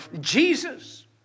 Jesus